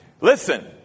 Listen